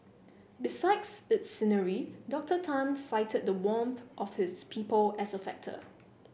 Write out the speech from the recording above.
besides its scenery Doctor Tan cited the warmth of its people as a factor